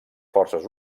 forces